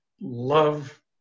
love